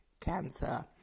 cancer